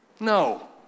No